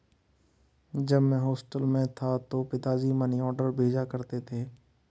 जब मैं हॉस्टल में था तो पिताजी मनीऑर्डर भेजा करते थे